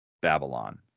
babylon